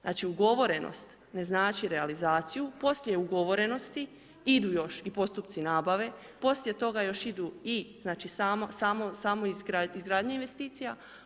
Znači ugovorenost ne znači realizaciju, poslije ugovorenosti idu još i postupci nabave, poslije toga još idu i samo izgradnja investicija.